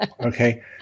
Okay